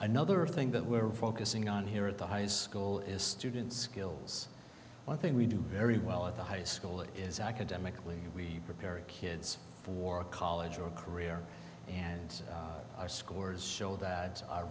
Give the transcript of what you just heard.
another thing that we're focusing on here at the high school is students skills one thing we do very well at the high school is academically and we prepare kids for college or career and our scores show that